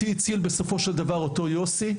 אותי הציל בסופו של דבר אותו יוסי,